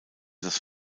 das